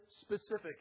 specific